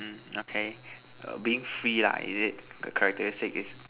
mm okay err being free lah is it the characteristic is